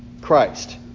Christ